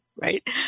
right